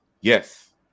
Yes